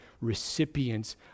recipients